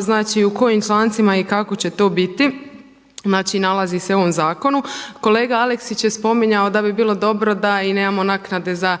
znači u kojim člancima i kako će to biti, znači nalazi se u ovom zakonu. Kolega Aleksić je spominjao da bi bilo dobro da i nemamo naknade za